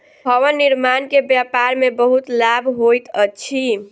भवन निर्माण के व्यापार में बहुत लाभ होइत अछि